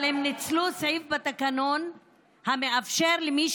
אבל הם ניצלו סעיף בתקנון המאפשר למי